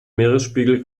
meeresspiegel